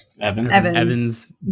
Evan's